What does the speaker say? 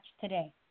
today